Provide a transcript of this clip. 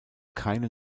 keine